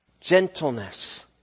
gentleness